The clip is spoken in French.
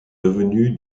devenu